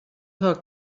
talk